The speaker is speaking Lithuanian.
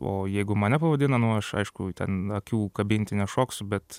o jeigu mane pavadina nu aš aišku ten akių kabinti nešoksiu bet